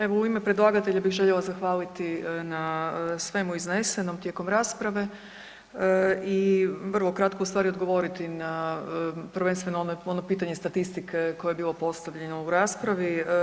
Evo u ime predlagatelja bih željela zahvaliti na svemu iznesenom tijekom rasprave i vrlo kratko ustvari odgovoriti na prvenstveno ono pitanje statistike koje je bilo postavljeno u raspravi.